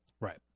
Right